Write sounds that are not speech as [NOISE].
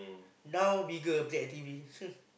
now bigger play at T_V [LAUGHS]